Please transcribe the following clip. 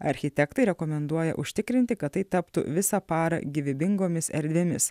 architektai rekomenduoja užtikrinti kad tai taptų visą parą gyvybingomis erdvėmis